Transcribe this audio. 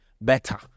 better